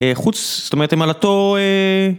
חוץ, זאת אומרת הם על אותו...